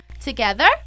Together